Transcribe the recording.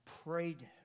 prayed